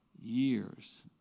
years